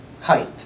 height